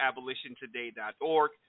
abolitiontoday.org